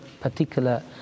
particular